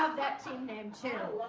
um that team name too.